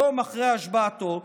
יום אחרי השבעתו,